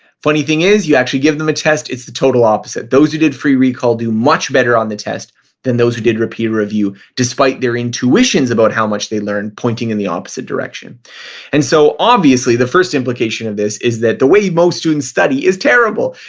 funny thing is you actually give them a test, it's the total opposite. those who did free recall do much better on the test than those who did repeated review despite their intuitions about how much they learned pointing in the opposite direction and so obviously, the first implication of this is that the way most students study is terrible.